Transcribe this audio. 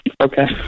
Okay